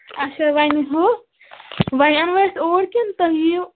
اچھا وۄنۍ ہُہ وۄنۍ اَنوا أسۍ اوٗرۍ کِنہٕ تُہۍ یِیِو